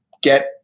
get